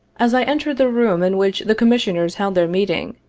as i entered the room in which the commissioners held their meeting,